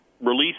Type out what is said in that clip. release